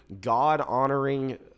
God-honoring